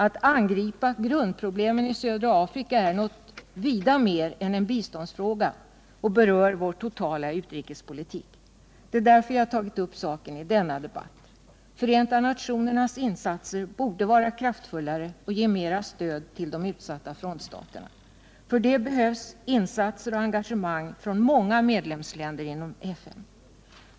Att angripa grundproblemen i södra Afrika är något vida mer än en biståndsfråga och berör vår totala utrikespolitik. Det är därför jag tagit upp saken i denna debatt. Förenta nationernas insatser borde vara kraftfullare och ge mera stöd till de utsatta frontstaterna. För det behövs insatser och engagemang från många medlemsländer inom FN.